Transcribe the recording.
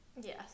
Yes